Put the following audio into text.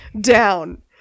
down